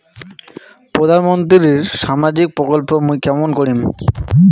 প্রধান মন্ত্রীর সামাজিক প্রকল্প মুই কেমন করিম?